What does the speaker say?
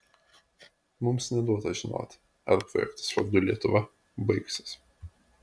mums neduota žinoti ar projektas vardu lietuva baigsis